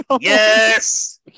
yes